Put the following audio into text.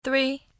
three